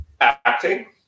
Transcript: acting